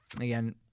Again